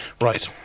Right